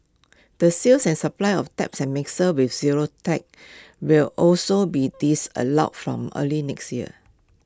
the sales and supply of taps and mixers with zero ticks will also be disallowed from early next year